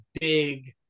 big